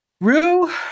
Rue